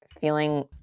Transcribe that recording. feeling